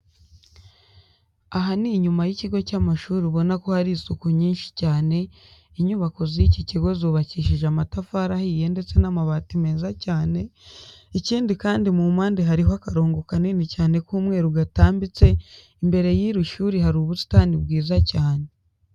Aha ni inyuma y'ikigo cy'amashuri ubona ko hari isuku nyinshi cyane, inyubako z'iki kigo zubakishije amatafari ahiye ndetse n'amabati meza cyane, ikindi kandi mu mpande hariho akarongo kanini cyane k'umweru gatambitse, imbere y'iri shuri hari ubusitani bwiza cyane.